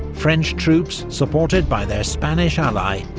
french troops, supported by their spanish ally,